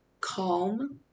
calm